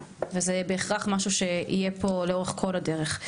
וזה בהכרח משהו שיהיה פה לאורך כל הדרך.